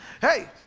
Hey